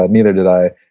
ah neither did i.